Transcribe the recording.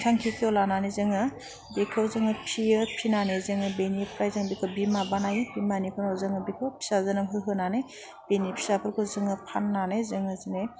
थांखिखौ लानानै जोङो बेखौ जोङो फियो फिनानै जोङो बेनिफ्राय जों बेखौ बिमा बानायो बिमानि उनाव जोङो बेखौ फिसा जोनोम होहोनानै बेनि फिसाफोरखौ जोङो फाननानै जोङो जेने